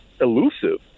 elusive